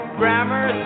grammar